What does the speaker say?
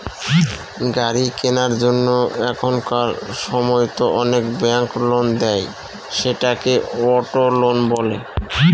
গাড়ি কেনার জন্য এখনকার সময়তো অনেক ব্যাঙ্ক লোন দেয়, সেটাকে অটো লোন বলে